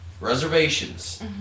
reservations